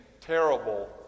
terrible